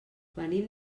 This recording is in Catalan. venim